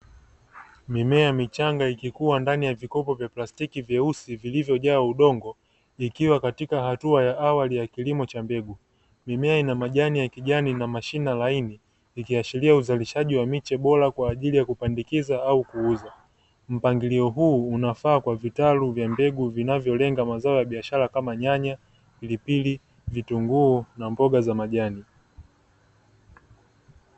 Mimea michanga ikikuwa ndani ya vikopo vya plastiki vyeusi vilivyojaa udongo, ikiwa katika hatua ya awali ya kilimo cha mbegu, mimea ina majani ya kijani na mashina laini ,ikiashiria uzalishaji wa miche bora kwa ajili ya kupandikiza au kuuza, mpangilio huu unafaa kwa vitalu vya mbegu vinavyolenga mazao ya biashara kama nyanya, pilipili, vitunguu na mboga za majani.